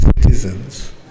citizens